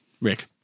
Rick